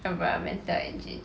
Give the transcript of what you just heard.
environmental engin~